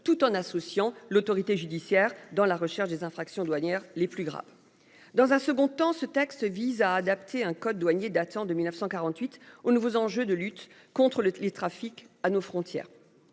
tout en associant l'autorité judiciaire dans la recherche des infractions douanières les plus gras. Dans un second temps. Ce texte vise à adapter un code douanier datant de 1948 aux nouveaux enjeux de lutte contre les trafics à nos frontières.